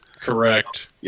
Correct